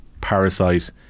Parasite